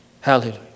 Hallelujah